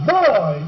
boy